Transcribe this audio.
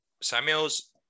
Samuel's